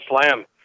Slam